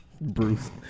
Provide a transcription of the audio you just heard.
Bruce